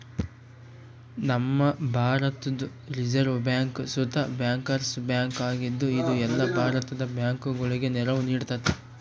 ನಮ್ಮ ಭಾರತುದ್ reserve bank ಸುತ ಬ್ಯಾಂಕರ್ಸ್ ಬ್ಯಾಂಕ್ ಆಗಿದ್ದು, ಇದು ಎಲ್ಲ ಭಾರತದ ಬ್ಯಾಂಕುಗುಳಗೆ ನೆರವು ನೀಡ್ತತೆ